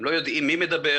הם לא יודעים מי מדבר,